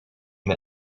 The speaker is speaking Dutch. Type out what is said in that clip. met